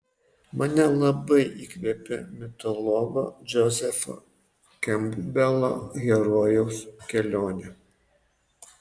mane labai įkvepia mitologo džozefo kempbelo herojaus kelionė